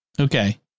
okay